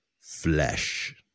flesh